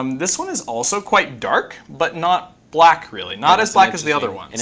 um this one is also quite dark, but not black really, not as black as the other ones. and